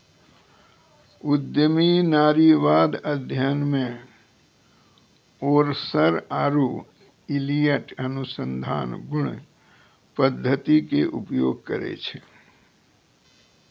उद्यमी नारीवाद अध्ययन मे ओरसर आरु इलियट अनुसंधान गुण पद्धति के उपयोग करै छै